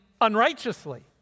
unrighteously